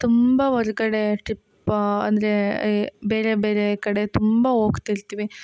ತುಂಬ ಹೊರ್ಗಡೆ ಟ್ರಿಪ್ ಅಂದರೆ ಈ ಬೇರೆ ಬೇರೆ ಕಡೆ ತುಂಬ ಹೋಗ್ತಿಲ್ತಿವಿ